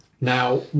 Now